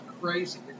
crazy